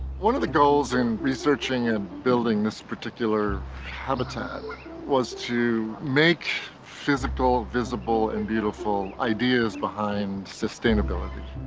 one of the goals in researching and building this particular habitat was to make physical, visible, and beautiful ideas behind sustainability.